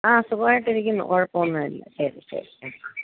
ആ സുഖമായിട്ട് ഇരിക്കുന്നു കുഴപ്പം ഒന്നും ഇല്ല ശരി ശരി ആ